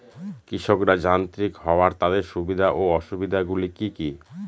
কৃষকরা যান্ত্রিক হওয়ার তাদের সুবিধা ও অসুবিধা গুলি কি কি?